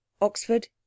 Oxford